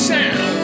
Sound